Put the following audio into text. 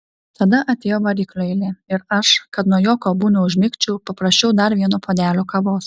tada atėjo variklio eilė ir aš kad nuo jo kalbų neužmigčiau paprašiau dar vieno puodelio kavos